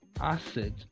acid